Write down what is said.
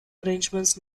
arrangements